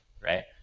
Right